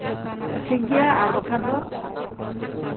ᱴᱷᱤᱠ ᱜᱮᱭᱟ ᱟᱨ ᱵᱟᱠᱷᱟᱱ ᱫᱚ